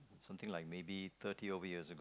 something like maybe thirty over years ago